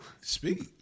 speak